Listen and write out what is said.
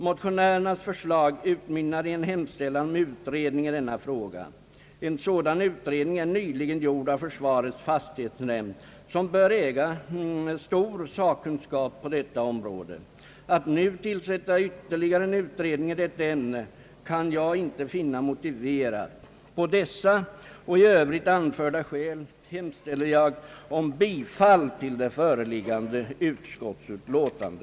Motionärernas förslag utmynnar i hemställan om utredning i denna fråga. En sådan utredning är nyligen gjord av försvarets fastighetsnämnd, som bör äga den bästa sakkunskapen på detta område. Att nu tillsätta ytterligare en utredning i detta ämne kan jag inte finna motiverat. På dessa och i övrigt anförda skäl hemställer jag om bifall till föreliggande utskottsutlåtande.